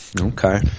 Okay